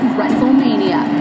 WrestleMania